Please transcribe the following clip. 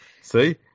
See